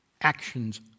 actions